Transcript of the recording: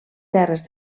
terres